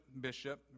bishop